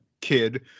kid